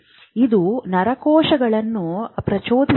ಇದು ನರಕೋಶಗಳನ್ನು ಪ್ರಚೋದಿಸುತ್ತದೆ